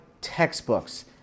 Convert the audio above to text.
textbooks